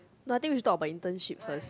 no I think we should talk about internship first